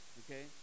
okay